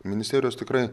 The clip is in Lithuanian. ministerijos tikrai